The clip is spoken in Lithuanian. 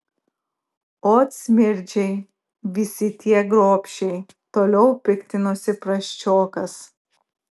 ot smirdžiai visi tie gobšiai toliau piktinosi prasčiokas